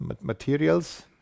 materials